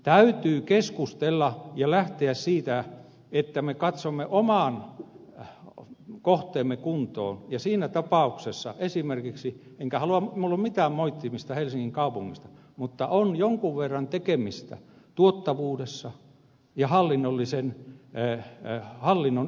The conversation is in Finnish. täytyy keskustella ja lähteä siitä että me katsomme oman kohteemme kuntoon ja siinä tapauksessa esimerkiksi eikä minulla ole mitään moittimista helsingin kaupungista on jonkun verran tekemistä tuottavuudessa ja hallinnon yksinkertaistamisessa